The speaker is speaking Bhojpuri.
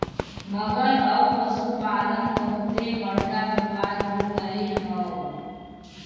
मगर अब पसुपालन बहुते बड़का व्यापार हो गएल हौ